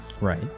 Right